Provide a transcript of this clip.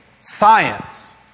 science